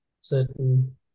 certain